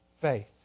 Faith